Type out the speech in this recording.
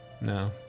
No